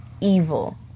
evil